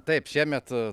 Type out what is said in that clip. taip šiemet